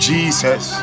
Jesus